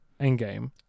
Endgame